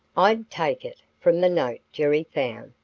i'd take it, from the note jerry found,